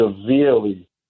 severely